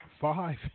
five